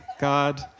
God